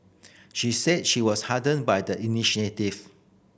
she said she was heartened by the initiative